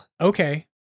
Okay